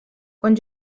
quan